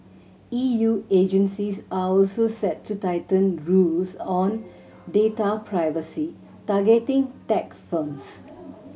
E U agencies are also set to tighten rules on data privacy targeting tech firms